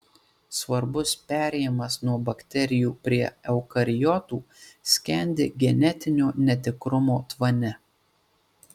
svarbus perėjimas nuo bakterijų prie eukariotų skendi genetinio netikrumo tvane